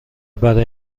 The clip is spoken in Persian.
برای